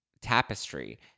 tapestry